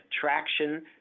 traction